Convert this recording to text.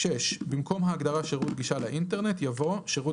(7)במקום ההגדרה "שירות גישה לאינטרנט" יבוא: ""שירות